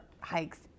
hikes